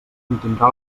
contindrà